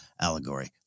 allegory